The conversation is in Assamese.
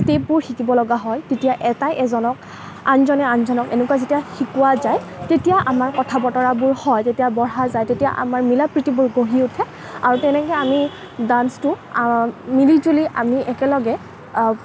ষ্টেপবোৰ শিকিব লগা হয় তেতিয়া এটাই এজনক আনজনে আনজনক এনেকৈ যেতিয়া শিকোৱা যায় তেতিয়া আমাৰ কথা বতৰাবোৰ হয় তেতিয়া বহা যায় তেতিয়া আমাৰ মিলা প্ৰীতিবোৰ গঢ়ি উঠে আৰু তেনেকৈ আমি ডান্সটো মিলি জুলি আমি একেলগে